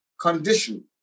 condition